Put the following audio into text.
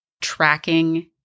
tracking